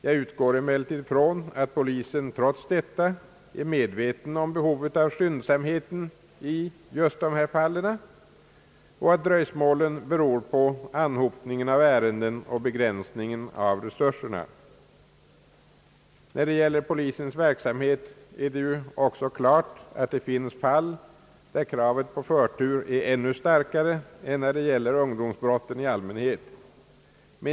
Jag utgår emellertid ifrån att polisen trots detta är medveten om behovet av skyndsamhet i just dessa fall och att dröjsmålen beror på anhopningen av ärenden och begränsningen av resurserna. När det gäller polisens verksamhet är det också klart, att det förekommer fall där kravet på förtur är ännu starkare än vid ungdomsbrott i allmänhet.